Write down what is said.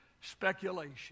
speculation